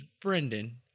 Brendan